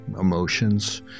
emotions